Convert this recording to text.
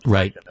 Right